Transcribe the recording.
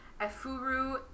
Efuru